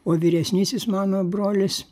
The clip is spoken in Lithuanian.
o vyresnysis mano brolis